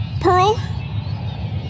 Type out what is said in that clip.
Pearl